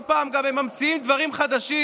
כל פעם הם ממציאים דברים חדשים